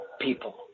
people